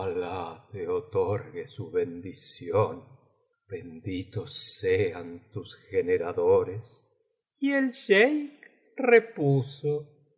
te otorgue su bendición benditos sean tus generadores y el jeique repuso